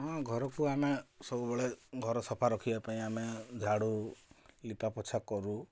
ହଁ ଘରକୁ ଆମେ ସବୁବେଳେ ଘର ସଫା ରଖିବା ପାଇଁ ଆମେ ଝାଡ଼ୁ ଲିପାପୋଛା କରୁ